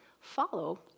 Follow